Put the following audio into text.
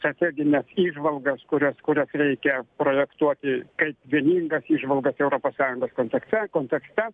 strategines įžvalgas kurios kurias reikia projektuoti kaip vieningas įžvalgas europos sąjungos konteke kontekste